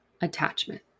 attachment